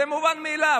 זה מובן מאליו.